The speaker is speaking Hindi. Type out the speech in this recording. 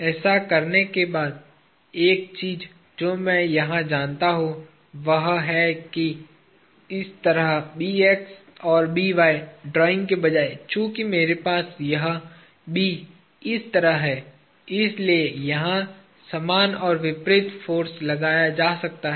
ऐसा करने के बाद एक चीज जो मैं यहां जानता हूं वह है की इस तरह और ड्राइंग के बजाय चूंकि मेरे पास यह इस तरह है इसलिए यहां समान और विपरीत फाॅर्स लगाया जा सकता है